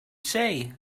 say